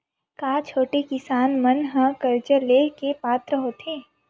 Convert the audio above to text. का छोटे किसान मन हा कर्जा ले के पात्र होथे?